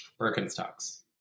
Birkenstocks